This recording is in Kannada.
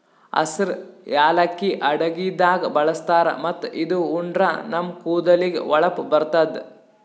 ಹಸ್ರ್ ಯಾಲಕ್ಕಿ ಅಡಗಿದಾಗ್ ಬಳಸ್ತಾರ್ ಮತ್ತ್ ಇದು ಉಂಡ್ರ ನಮ್ ಕೂದಲಿಗ್ ಹೊಳಪ್ ಬರ್ತದ್